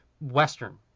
Western